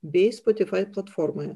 bei spotifai platformoje